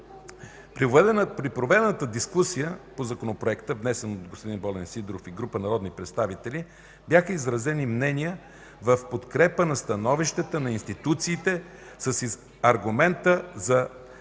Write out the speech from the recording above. При проведената дискусия по Законопроекта, внесен от Волен Сидеров и група народни представители бяха изразени мнения в подкрепа на становищата на институциите с аргумента за